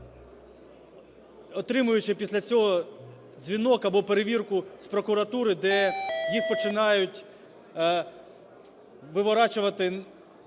отримуючи після цього дзвінок або перевірку з прокуратури, де їх починають… виворачувати